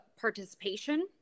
participation